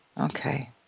Okay